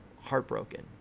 heartbroken